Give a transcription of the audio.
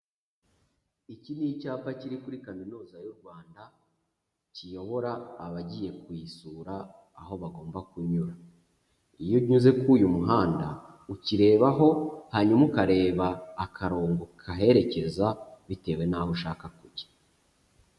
Iki ni icyapa kiri kuri Kaminuza y'u Rwanda, kiyobora abagiye kuyisura aho bagomba kunyura, iyo unyuze kuri uyu muhanda, ukirebaho hanyuma ukareba akarongo kaherekeza bitewe n'aho ushaka kujya.